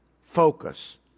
focus